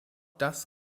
das